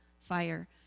fire